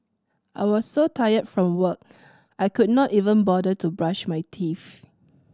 I was so tired from work I could not even bother to brush my teeth